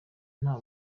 nta